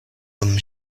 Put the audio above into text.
dum